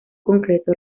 concreto